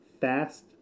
fast